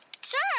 Sure